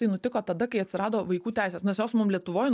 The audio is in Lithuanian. tai nutiko tada kai atsirado vaikų teisės nes jos mum lietuvoj